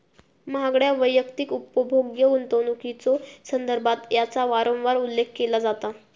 महागड्या वैयक्तिक उपभोग्य गुंतवणुकीच्यो संदर्भात याचा वारंवार उल्लेख केला जाता